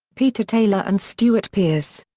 peter taylor and stuart pearce.